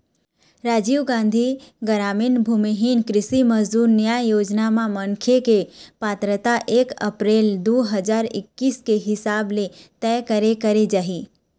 राजीव गांधी गरामीन भूमिहीन कृषि मजदूर न्याय योजना म मनखे के पात्रता एक अपरेल दू हजार एक्कीस के हिसाब ले तय करे करे जाही